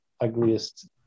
ugliest